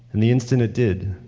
and the instant it did,